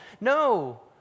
No